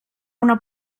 una